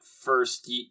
first